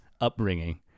upbringing